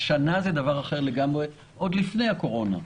השנה היא דבר אחר לגמרי, עוד לפני הקורונה.